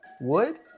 wood